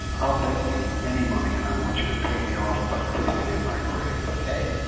i'll bet you any money and i want you to pay me off by putting it in my grave. ok.